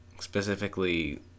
specifically